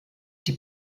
die